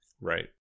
Right